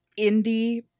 indie